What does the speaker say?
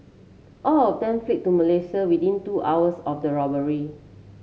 all of them fled to Malaysia within two hours of the robbery